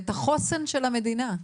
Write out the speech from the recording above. ואת החוסן של המדינה,